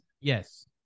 Yes